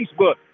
Facebook